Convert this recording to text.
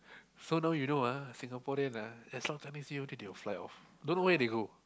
so now you know ah Singaporean ah as long Chinese-New-Year only they will fly off don't know where they go